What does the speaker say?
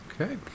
Okay